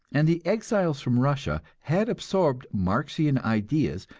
and the exiles from russia had absorbed marxian ideas,